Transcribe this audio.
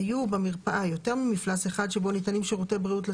היו במרפאה יותר ממפלס אאחד שבו ניתנים שירותי בריאות לציבור,